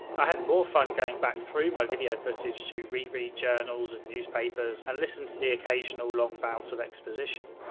i had more fun going back through my video footage to re-read journals and newspapers, and listen to the occasional long bout of exposition.